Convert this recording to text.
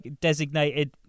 designated